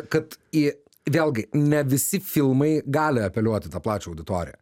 kad į vėlgi ne visi filmai gali apeliuot į tą plačią auditoriją